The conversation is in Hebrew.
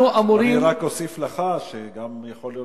אנחנו אמורים --- אני רק אוסיף לך שגם יכול להיות